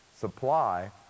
supply